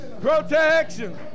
Protection